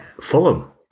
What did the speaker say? Fulham